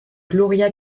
gloria